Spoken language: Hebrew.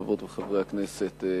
חברות וחברי הכנסת,